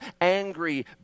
angry